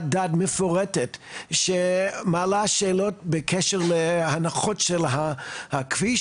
דעת מפורטת שמעלה שאלות בקשר להנחות של הכביש